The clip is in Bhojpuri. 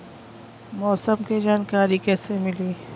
मौसम के जानकारी कैसे मिली?